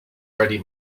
ready